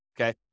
okay